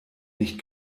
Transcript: nicht